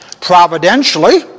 providentially